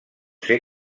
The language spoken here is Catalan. ser